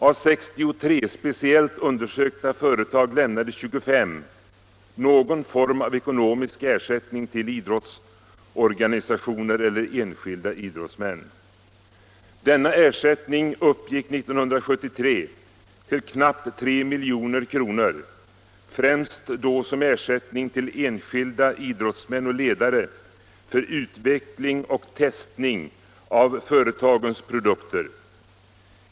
Av 63 kommersialisering speciellt undersökta företag lämnade 25 någon form av ekonomisk er = av tävlingsidrott sättning till idrottsorganisationer eller enskilda idrottsmän. Denna ersättning uppgick 1973 till knappt 3 milj.kr., främst då som ersättning till enskilda indrottsmän och ledare för utveckling och testning av företagens produkter.